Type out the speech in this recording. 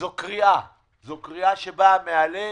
זו קריאה, זו קריאה שבאה מהלב,